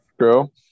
True